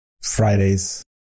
Fridays